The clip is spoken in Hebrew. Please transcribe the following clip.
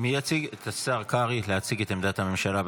השר קרעי להציג את עמדת הממשלה.